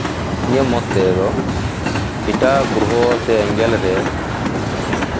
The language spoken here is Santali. ᱤᱧᱟᱹᱜ ᱢᱚᱛ ᱛᱮᱫᱚ ᱮᱴᱟᱜ ᱜᱨᱚᱦᱚ ᱥᱮ ᱮᱸᱜᱮᱞ ᱨᱮ